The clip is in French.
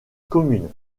commune